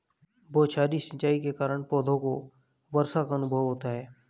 बौछारी सिंचाई के कारण पौधों को वर्षा का अनुभव होता है